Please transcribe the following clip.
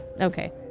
Okay